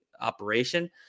operation